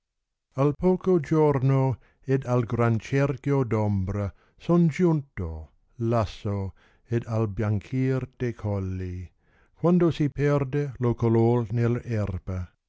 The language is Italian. a i poco giorno ed al gran cerchio d ombra son giunto lasso ed al bianchir de colli quando si perde lo color nelp erba